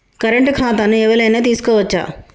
Current ఖాతాను ఎవలైనా తీసుకోవచ్చా?